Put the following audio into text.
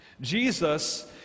Jesus